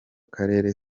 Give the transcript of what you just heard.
karere